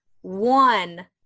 one